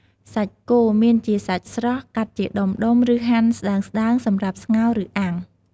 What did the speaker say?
សាច់គោ មានជាសាច់ស្រស់ កាត់ជាដុំ ឬហាន់ស្តើងៗសម្រាប់ស្ងោរ ឬអាំង។